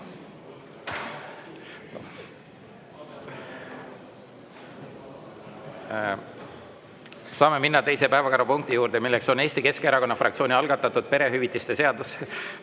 Saame minna teise päevakorrapunkti juurde, mis on Eesti Keskerakonna fraktsiooni algatatud perehüvitiste seaduse